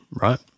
right